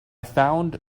found